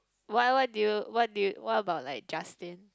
why why do you why do you what about like Justine